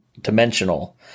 dimensional